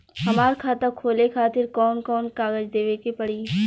हमार खाता खोले खातिर कौन कौन कागज देवे के पड़ी?